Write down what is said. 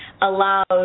allows